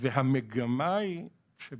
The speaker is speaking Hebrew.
ד"ר ליאור הכט,